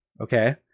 Okay